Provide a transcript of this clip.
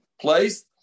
place